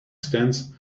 stands